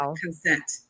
consent